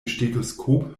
stethoskop